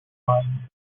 times